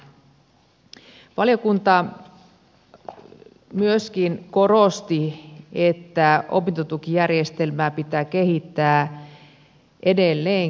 valiokunta myöskin korosti että opintotukijärjestelmää pitää kehittää edelleenkin